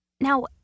Now